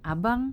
abang